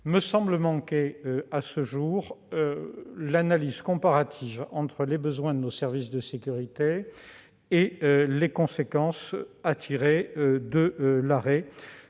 semble manquer, à ce jour, une analyse comparative entre les besoins de nos services de sécurité et les conséquences à tirer de l'arrêt